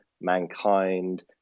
mankind